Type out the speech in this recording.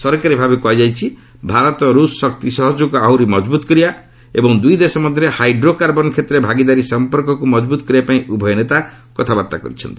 ସରକାରୀ ଭାବେ କୁହାଯାଇଛି ଭାରତ ରୁଷ୍ ଶକ୍ତି ସହଯୋଗକୁ ଆହୁରି ମଜବୁତ୍ କରିବା ଏବଂ ଦୁଇ ଦେଶ ମଧ୍ୟରେ ହାଓଡ୍ରୋ କାର୍ବନ୍ କ୍ଷେତ୍ରରେ ଭାଗିଦାରୀ ସମ୍ପର୍କକୁ ମଜବୁତ୍ କରିବାପାଇଁ ଉଭୟ ନେତା କଥାବାର୍ତ୍ତା କରିଛନ୍ତି